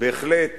בהחלט